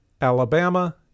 Alabama